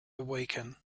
awaken